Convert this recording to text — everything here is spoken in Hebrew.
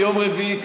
ביום רביעי,